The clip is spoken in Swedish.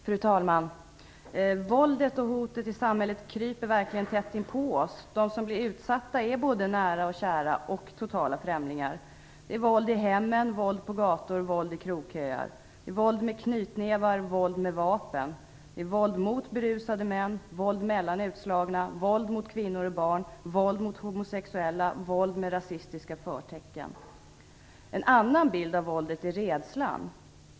Fru talman! Våldet och hotet i samhället kryper verkligen tätt inpå oss. De som blir utsatta är såväl nära och kära som totala främlingar. Det är våld i hemmen, på gator och i krogköer. Det är våld med knytnävar och vapen. Det är våld mot berusade män, våld mellan utslagna, våld mot kvinnor och barn, våld mot homosexuella och våld med rasistiska förtecken. En annan bild av våldet är rädslan.